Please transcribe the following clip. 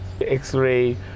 x-ray